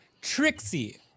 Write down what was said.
Trixie